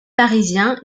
parisien